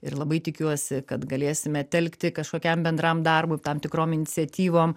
ir labai tikiuosi kad galėsime telkti kažkokiam bendram darbui tam tikrom iniciatyvom